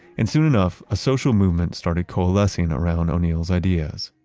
and soon enough, a social movement started coalescing around o'neill's ideas.